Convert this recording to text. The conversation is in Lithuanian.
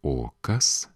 o kas